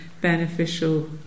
beneficial